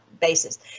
basis